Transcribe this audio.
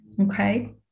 Okay